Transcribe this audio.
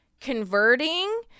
Converting